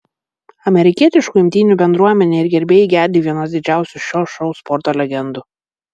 amerikietiškų imtynių bendruomenė ir gerbėjai gedi vienos didžiausių šio šou sporto legendų